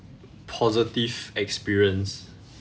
positive experience